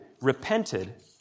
repented